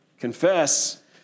Confess